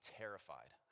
terrified